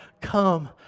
come